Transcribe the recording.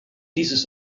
dieses